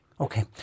Okay